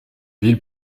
ville